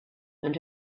and